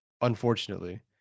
unfortunately